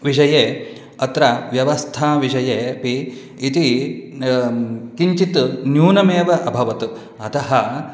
विषये अत्र व्यवस्थाविषये अपि इति किञ्चित् न्यूनमेव अभवत् अतः